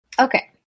Okay